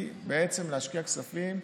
להשקיע כספים,